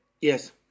Yes